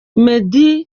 meddy